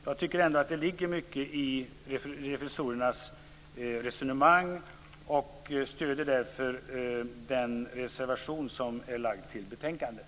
Jag tycker ändå att det ligger mycket i revisorernas resonemang och stöder därför den reservation som är lagd till betänkandet.